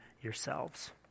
yourselves